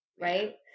right